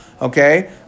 Okay